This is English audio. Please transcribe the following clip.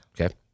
Okay